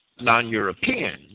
non-Europeans